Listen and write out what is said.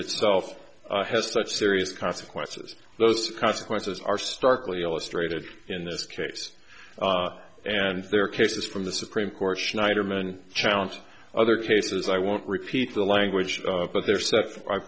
itself has such serious consequences those consequences are starkly illustrated in this case and there are cases from the supreme court schneiderman challenged other cases i won't repeat the language but there s